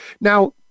Now